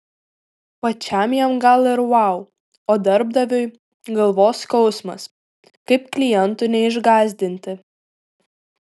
pačiam jam gal ir vau o darbdaviui galvos skausmas kaip klientų neišgąsdinti